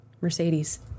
Mercedes